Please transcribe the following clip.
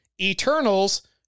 Eternals